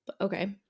Okay